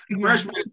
freshman